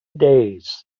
days